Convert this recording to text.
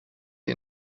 sie